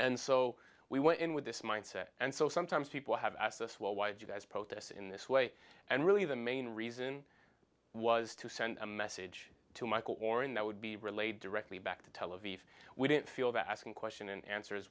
and so we went in with this mindset and so sometimes people have asked us well why did you guys process in this way and really the main reason was to send a message to michael oren that would be relayed directly back to tel aviv we didn't feel that asking a question and answers